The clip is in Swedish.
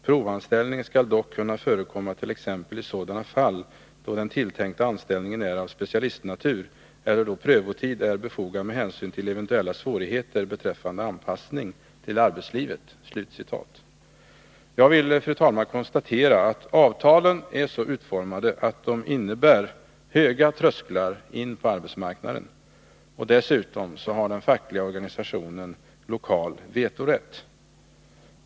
Provanställning skall dock kunna förekomma t.ex. i sådana fall då den tilltänkta anställningen är av specialistnatur eller då prövotid är befogad med hänsyn till eventuella svårigheter beträffande anpassning till arbetslivet.” Jag vill, fru talman, konstatera att avtalen är så utformade att de innebär höga trösklar in på arbetsmarknaden. Dessutom har den fackliga organisationen lokal vetorätt.